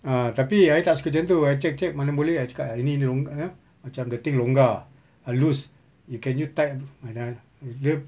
ah tapi I tak suka macam tu I check check mana boleh I cakap ah ini ini longgar ya macam the thing longgar err loose you can you tight another loop